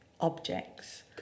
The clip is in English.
objects